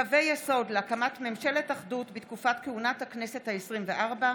קווי יסוד להקמת ממשלת אחדות בתקופת כהונת הכנסת העשרים-וארבע,